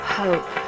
hope